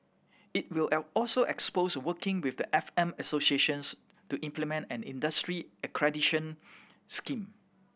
it will L also explores working with the F M associations to implement an industry accreditation scheme